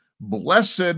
blessed